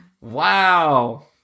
Wow